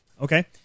Okay